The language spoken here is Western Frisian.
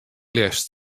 leafst